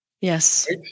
yes